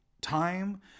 time